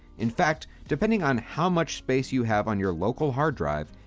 in fact, depending on how much space you have on your local hard drive,